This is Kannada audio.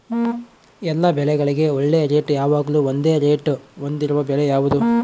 ಎಲ್ಲ ಬೆಳೆಗಳಿಗೆ ಒಳ್ಳೆ ರೇಟ್ ಯಾವಾಗ್ಲೂ ಒಂದೇ ರೇಟ್ ಹೊಂದಿರುವ ಬೆಳೆ ಯಾವುದು?